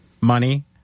money